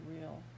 real